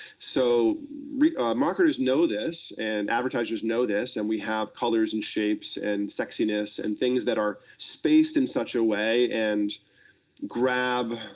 so marketers know this and advertisers know this, and we have colors and shapes and sexiness and things that are spaced in such a way and grab